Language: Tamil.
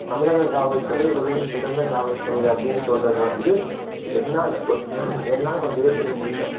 தமிழக காவல்துறை உலகின் சிறந்த காவல்துறை அப்படின்னு சொல்றதை வந்து என்னால் ஒரு என்னால் கொஞ்சம் ஏற்றுக்க முடியலை